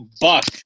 Buck